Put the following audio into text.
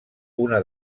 una